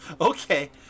Okay